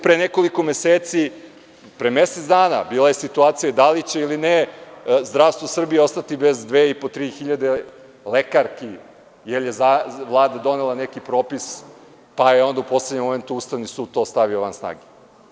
Pre mesec dana bila je situacija da li će ili ne zdravstvo u Srbiji ostati bez 2.500, 3.000 lekarki, jer je Vlada donela neki propis, pa je onda u poslednjem momentu Ustavni sud to stavio van snage.